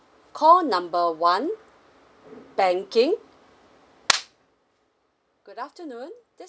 call number one banking good afternoon this